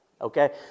okay